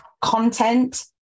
content